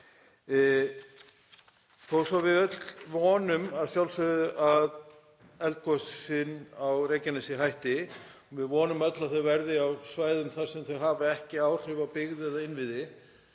Þó svo að við öll vonum að sjálfsögðu að eldgosin á Reykjanesi hætti, við vonum öll að þau verði þá á svæðum þar sem þau hafa ekki áhrif á byggð eða innviði,